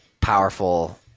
powerful